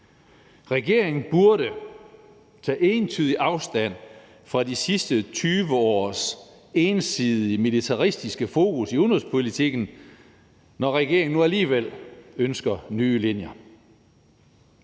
Regeringen burde tage entydig afstand fra de sidste 20 års ensidige militaristiske fokus i udenrigspolitikken, når regeringen nu alligevel ønsker nye linjer.